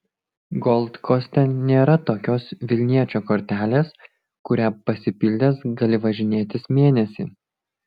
gold koste nėra tokios vilniečio kortelės kurią pasipildęs gali važinėtis mėnesį